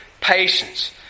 patience